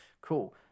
Cool